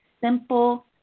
simple